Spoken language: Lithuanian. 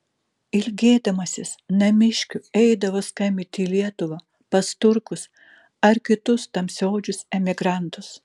ilgėdamasis namiškių eidavo skambinti į lietuvą pas turkus ar kitus tamsiaodžius emigrantus